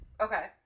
okay